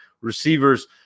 receivers